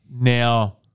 now